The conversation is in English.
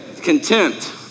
Contempt